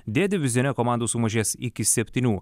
d divizione komandų sumažės iki septynių